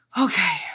Okay